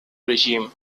regime